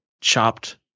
chopped